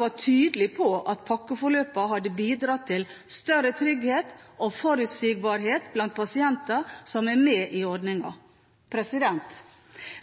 var tydelig på at pakkeforløpene hadde bidratt til større trygghet og forutsigbarhet blant pasienter som er med i ordningen.